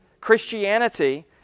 Christianity